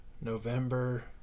November